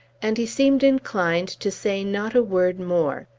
and he seemed inclined to say not a word more.